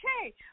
Okay